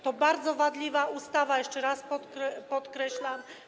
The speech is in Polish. To bardzo wadliwa ustawa, jeszcze raz podkreślam.